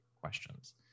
questions